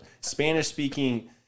Spanish-speaking